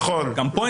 נכון.